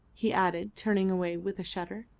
he added, turning away with a shudder.